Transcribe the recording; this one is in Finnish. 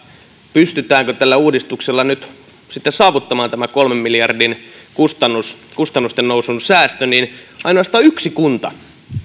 pystytäänkö tällä uudistuksella saavuttamaan tämä kolmen miljardin kustannustennousun säästö niin ainoastaan yksi kunta